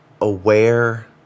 aware